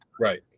right